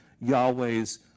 Yahweh's